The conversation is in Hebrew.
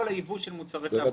כל הייבוא של מוצרי תעבורה.